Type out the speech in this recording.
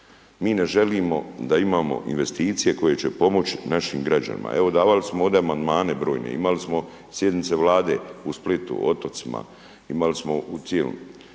Mi ne želimo da imamo investicije koje će pomoći našim građanima. Evo, davali smo ovdje Amandmane brojne, imali smo sjednice Vlade u Splitu, u Otocima, imali smo…/Govornik